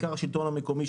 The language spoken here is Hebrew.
בעיקר את השלטון המקומי,